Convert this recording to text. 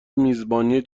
میزبانی